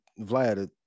Vlad